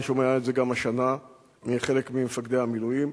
ואני שומע את זה גם השנה מחלק ממפקדי המילואים.